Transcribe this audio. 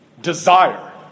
desire